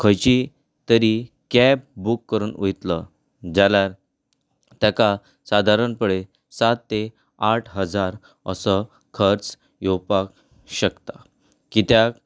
खंयची तरी cab book करून वयतलो जाल्यार ताका सादारणपळे सात ते आठ हजार असो खर्च येवपाक शकता किद्याक